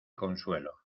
consuelo